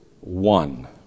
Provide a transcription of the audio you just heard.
one